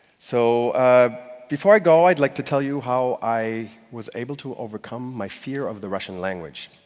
so before i go, i'd like to tell you how i was able to overcome my fear of the russian language.